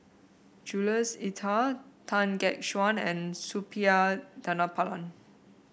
Jules Itier Tan Gek Suan and Suppiah Dhanabalan